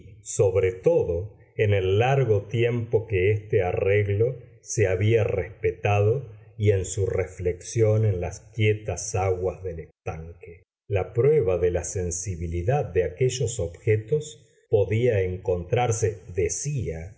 sobre todo en el largo tiempo que este arreglo se había respetado y en su reflexión en las quietas aguas del estanque la prueba de la sensibilidad de aquellos objetos podía encontrarse decía